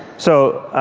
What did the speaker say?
so,